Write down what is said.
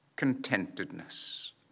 Contentedness